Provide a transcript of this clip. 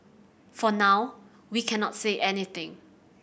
for now we cannot say anything